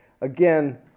Again